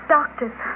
Doctors